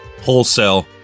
Wholesale